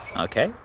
okay,